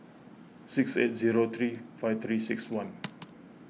six eight zero three five three six one